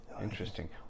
Interesting